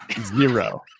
zero